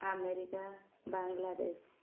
America Bangladesh